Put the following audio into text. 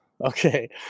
okay